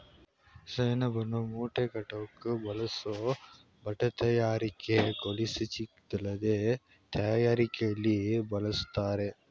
ಸೆಣಬನ್ನು ಮೂಟೆಕಟ್ಟೋಕ್ ಬಳಸೋ ಬಟ್ಟೆತಯಾರಿಕೆ ಗೋಣಿಚೀಲದ್ ತಯಾರಿಕೆಲಿ ಬಳಸ್ತಾರೆ